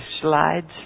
slides